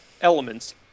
elements